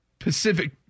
Pacific